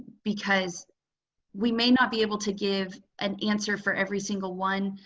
because we may not be able to give an answer for every single one.